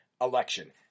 election